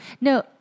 No